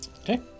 okay